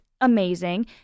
amazing